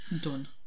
done